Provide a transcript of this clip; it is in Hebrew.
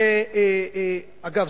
אגב,